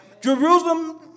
Jerusalem